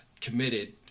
committed